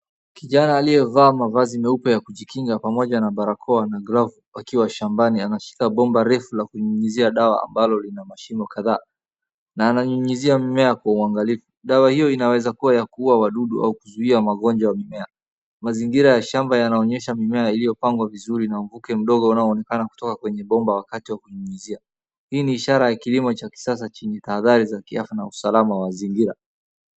Kijana aliyevaa mavazi meupe ya kujikinga pamoja na barakoa na glavu wakiwa shambani anashika bomba refu la kunyunyizia dawa ambalo lina mashimo kadha na anyunizia mimea kwa uangalifu .Dawa hiyo inaweza kuwa ya kuua wadudu au kuzuia magonjwa wa mimea mazingira ya shamba yanonyesha mimea yaliyo pangwa vizuri na uvuke mdogo unaoonekana kutoka kwenye bomba wakati wa kunyunyizia hii ni ishara ya kilimo ya kisasa yenye tahadhari ya kiafya na usalama wa mazingira.